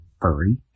furry